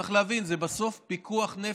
צריך להבין, זה בסוף פיקוח נפש.